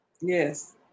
Yes